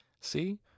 See